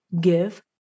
give